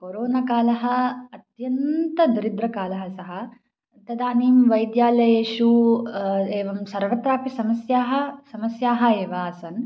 कोरोन कालः अत्यन्तदरिद्रकालः सः तदानीं वैद्यालयेषु एवं सर्वत्रापि समस्याः समस्याः एव आसन्